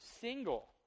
single